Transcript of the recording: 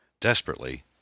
Desperately